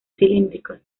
cilíndricos